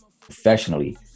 professionally